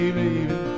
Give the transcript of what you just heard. baby